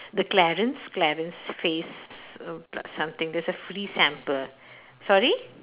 the clarins clarins face err something there's a free sample sorry